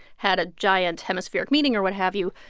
had a giant hemispheric meeting or what have you,